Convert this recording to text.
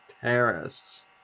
terrorists